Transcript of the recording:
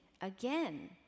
again